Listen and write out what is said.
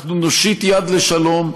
אנחנו נושיט יד לשלום.